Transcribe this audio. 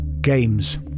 Games